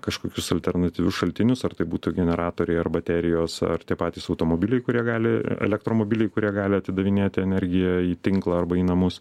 kažkokius alternatyvius šaltinius ar tai būtų generatoriai ar baterijos ar tie patys automobiliai kurie gali elektromobiliai kurie gali atidavinėti energiją į tinklą arba į namus